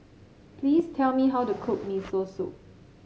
please tell me how to cook Miso Soup